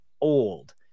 old